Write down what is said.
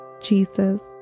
Jesus